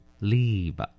Leave